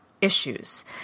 issues